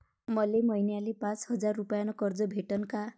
मले महिन्याले पाच हजार रुपयानं कर्ज भेटन का?